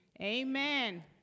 amen